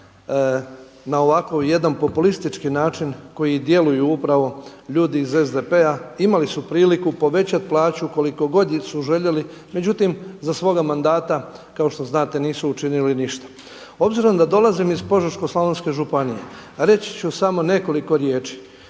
na ovako jedan populistički način koji djeluju upravo ljudi iz SDP-a. Imali su priliku povećati plaću koliko god su željeli, međutim za svoga mandata kao što znate nisu učinili ništa. Obzirom da dolazim iz Požeško-slavonske županije reći ću samo nekoliko riječi.